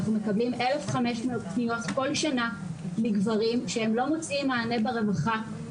אנחנו מקבלים אלף חמש מאות פניות בשנה מגברים שלא מוצאים מענה ברווחה,